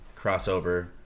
crossover